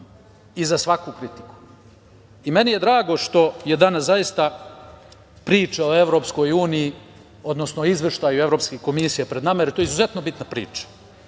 i za svaku kritiku. Meni je drago što je danas zaista priča o EU, odnosno Izveštaju Evropske komisije pred nama, jer je to izuzetno bitna priča.